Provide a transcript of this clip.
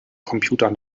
computer